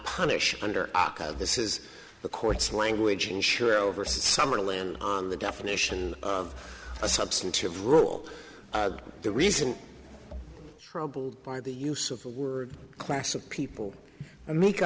punish under this is the court's language and sure over summer land on the definition of a substantive rule the reason troubled by the use of the word class of people i make